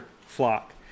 flock